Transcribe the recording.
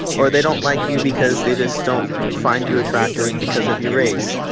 or they don't like you because they just don't find you attractive because of your race.